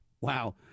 wow